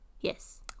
Yes